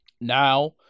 now